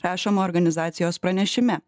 rašoma organizacijos pranešime